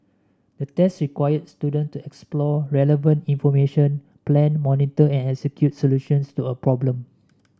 the test required student to explore relevant information plan monitor and execute solutions to a problem